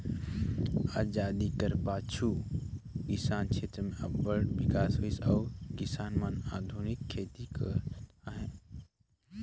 अजादी कर पाछू किसानी छेत्र में अब्बड़ बिकास होइस अउ किसान मन आधुनिक खेती करत अहें